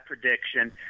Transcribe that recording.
prediction